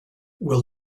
will